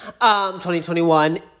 2021